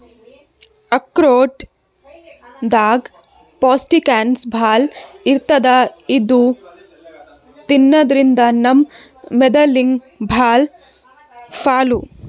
ಆಕ್ರೋಟ್ ದಾಗ್ ಪೌಷ್ಟಿಕಾಂಶ್ ಭಾಳ್ ಇರ್ತದ್ ಇದು ತಿನ್ನದ್ರಿನ್ದ ನಮ್ ಮೆದಳಿಗ್ ಭಾಳ್ ಛಲೋ